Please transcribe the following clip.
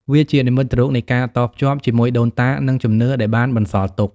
វាជានិមិត្តរូបនៃការតភ្ជាប់ជាមួយដូនតា និងជំនឿដែលបានបន្សល់ទុក។